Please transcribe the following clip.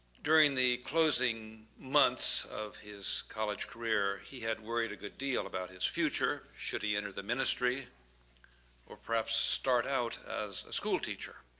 during the closing months of his college career he had worried a good deal about his future. should he enter the ministry or perhaps start out as a school teacher?